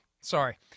Sorry